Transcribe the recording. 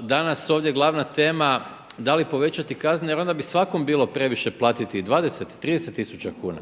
danas ovdje glavna tema da li povećati kazne jer onda bi svakom bilo platiti i 20, 30 tisuća kuna